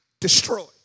destroyed